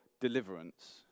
deliverance